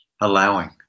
allowing